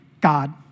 God